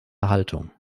haltung